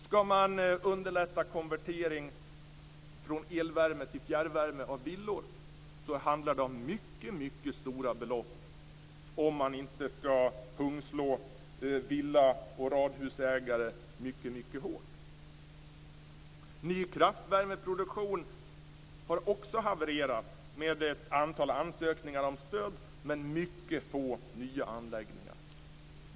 Skall man underlätta konvertering från elvärme till fjärrvärme för uppvärmning av villor handlar det om mycket stora belopp, om man inte skall pungslå villa och radhusägare mycket hårt. Ny kraftvärmeproduktion har också havererat med ett antal ansökningar om stöd men mycket få nya anläggningar.